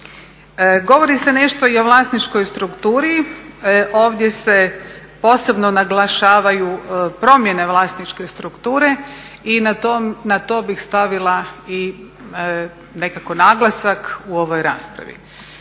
Govori se nešto i o vlasničkoj strukturi. Ovdje se posebno naglašavaju promjene vlasničke strukture i na to bih stavila nekako naglasak u ovoj raspravi.